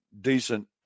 decent